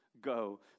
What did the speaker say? Go